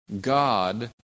God